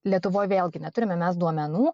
lietuvoj vėlgi neturime mes duomenų